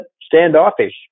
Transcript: standoffish